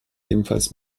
ebenfalls